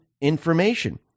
information